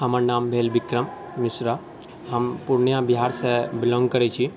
हमर नाम भेल बिक्रम मिश्रा हम पूर्णिया बिहारसँ बिलॉङ्ग करै छी